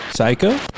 Psycho